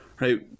right